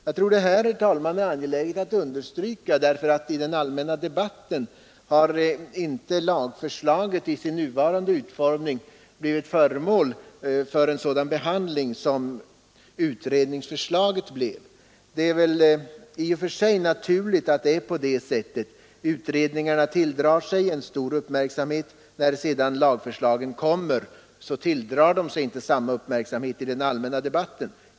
Jag tror det är angeläget att understryka detta. I den allmänna debatten har inte lagförslaget i sin nuvarande utformning blivit föremål för en sådan behandling som utredningsförslaget blev. Det är väl i och för sig naturligt att utredningarna väcker stor uppmärksamhet. När sedan lagförslaget läggs fram tilldrar det sig inte samma uppmärksamhet i den allmänna debatten.